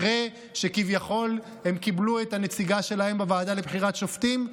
אחרי שכביכול הם קיבלו את הנציגה שלהם בוועדה לבחירת שופטים?